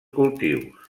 cultius